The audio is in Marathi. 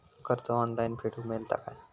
कर्ज ऑनलाइन फेडूक मेलता काय?